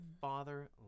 father